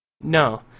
No